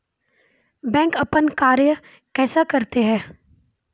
Bank अपन कार्य कैसे करते है?